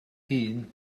hun